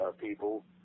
people